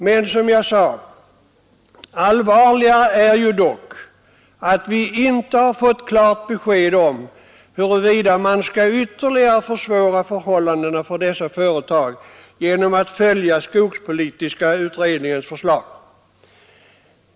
Men som jag sade: Allvarligare är dock att vi inte har fått klart besked om huruvida man ämnar ytterligare försvåra förhållandena för dessa företag genom att följa skogspolitiska utredningens förslag.